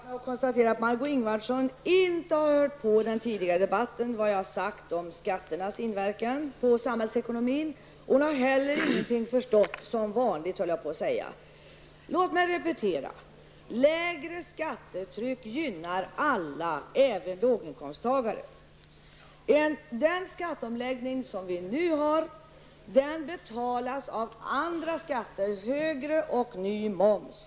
Herr talman! Jag nöjer mig med att konstatera att Margó Ingvardsson inte har hört vad jag har sagt i den tidigare debatten om skatternas inverkan på samhällsekonomin. Hon har inte heller förstått någonting, jag höll på att säga som vanligt. Låt mig repetera: Lägre skattetryck gynnar alla, även låginkomsttagare. Den skatteomläggning som vi nu har betalas av andra skatter, högre moms och ny moms.